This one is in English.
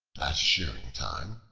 at shearing time,